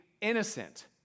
innocent